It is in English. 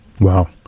Wow